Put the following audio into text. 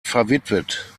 verwitwet